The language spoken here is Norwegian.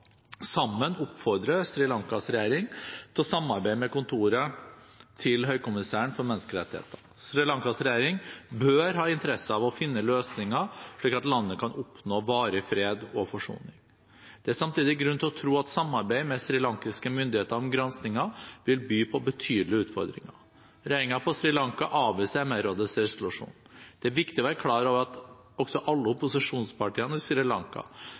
sammen oppfordre Sri Lankas regjering til å samarbeide med kontoret til høykommissæren for menneskerettigheter. Sri Lankas regjering bør ha interesse av å finne løsninger slik at landet kan oppnå varig fred og forsoning. Det er samtidig grunn til å tro at samarbeid med srilankiske myndigheter om granskinger vil by på betydelige utfordringer. Regjeringen på Sri Lanka avviser MR-rådets resolusjon. Det er viktig å være klar over at også alle opposisjonspartiene i